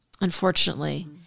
unfortunately